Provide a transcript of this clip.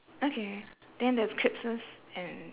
okay then there's crisps and